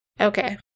Okay